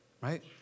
right